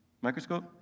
Microscope